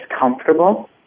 comfortable